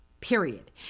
Period